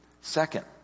Second